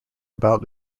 about